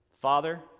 Father